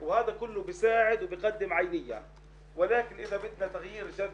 כל אלה שמטפלים בכפרים